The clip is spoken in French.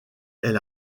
elle